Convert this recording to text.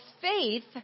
faith